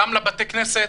גם לבתי כנסת,